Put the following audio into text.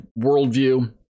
worldview